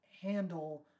handle